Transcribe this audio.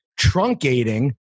truncating